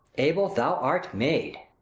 abel, thou art made.